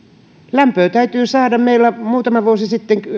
lämpöä täytyy saada kun meillä muutama vuosi sitten